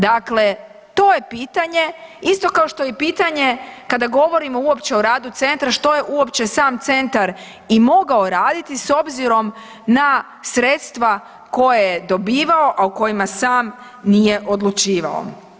Dakle, to je pitanje isto kao što je i pitanje kada govorimo uopće o radu centra, što je uopće sam centar i mogao raditi s obzirom na sredstva koje je dobivao, a u kojima sam nije odlučivao.